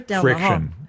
friction